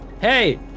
Hey